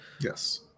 Yes